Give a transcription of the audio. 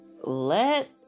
Let